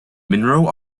monroe